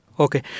Okay